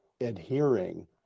adhering